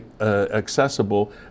accessible